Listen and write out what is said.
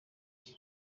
iki